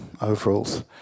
overalls